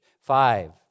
Five